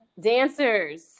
Dancers